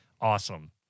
Awesome